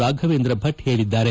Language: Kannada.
ರಾಫವೇಂದ್ರ ಭಟ್ ಹೇಳಿದ್ದಾರೆ